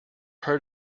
heard